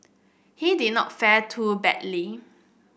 he did not fare too badly